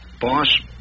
boss